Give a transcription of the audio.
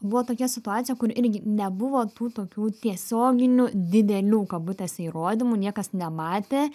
buvo tokia situacija kur irgi nebuvo tų tokių tiesioginių didelių kabutėse įrodymų niekas nematė